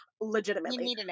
legitimately